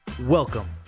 Welcome